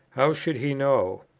how should he know!